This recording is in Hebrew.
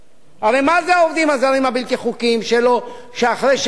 שאחרי שנגמר להם הרשיון והם ממשיכים לעבוד?